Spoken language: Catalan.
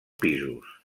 pisos